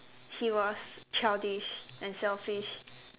he was childish and selfish